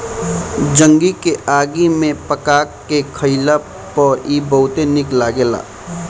गंजी के आगी में पका के खइला पर इ बहुते निक लगेला